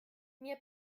mir